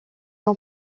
ans